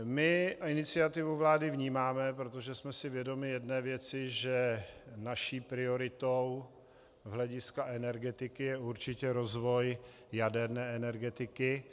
My iniciativu vlády vnímáme, protože jsme si vědomi jedné věci, že naší prioritou z hlediska energetiky je určitě rozvoj jaderné energetiky.